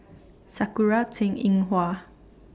Sakura Teng Ying Hua